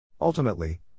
Ultimately